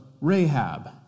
Rahab